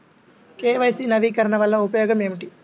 KYC నవీకరణ వలన ఉపయోగం ఏమిటీ?